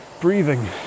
breathing